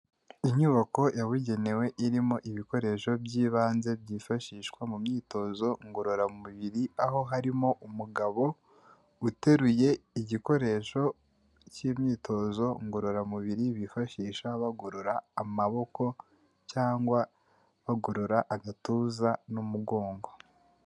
Inyubako yabugenewe irimo ibikoresho by'ibanze byifashishwa mu myitozo ngororamubiri, aho harimo umugabo uteruye igikoresho cy'imyitozo ngororamubiri bifashisha bagorora amaboko cyangwa bagorora agatuza n'umugongo.